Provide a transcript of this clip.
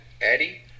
Eddie